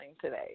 today